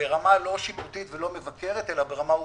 ברמה לא שיפוטית ולא מבקרת, אלא ברמה עובדתית,